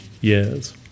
years